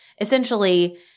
essentially